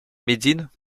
médine